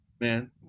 man